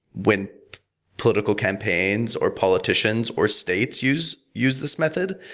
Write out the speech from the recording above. when political campaigns, or politicians, or states use use this methods.